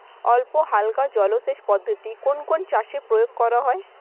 অল্পহালকা জলসেচ পদ্ধতি কোন কোন চাষে প্রয়োগ করা হয়?